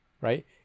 right